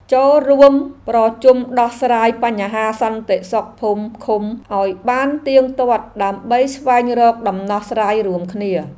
ចូលរួមប្រជុំដោះស្រាយបញ្ហាសន្តិសុខភូមិឃុំឱ្យបានទៀងទាត់ដើម្បីស្វែងរកដំណោះស្រាយរួមគ្នា។